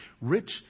Rich